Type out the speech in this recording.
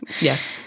Yes